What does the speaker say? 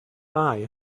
eye